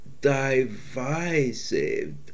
divisive